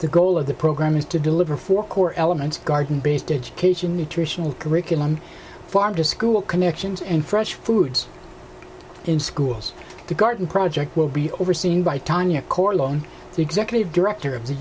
the goal of the program is to deliver four core elements garden based education nutritional curriculum farm to school connections and fresh foods in schools to garden project will be overseen by tanya corleone the executive director of the